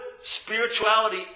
spirituality